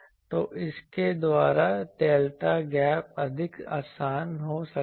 तो इसके द्वारा डेल्टा गैप अधिक आसान हो सकता है